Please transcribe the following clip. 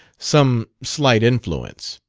some slight influence.